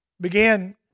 began